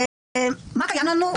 מה קיים לנו?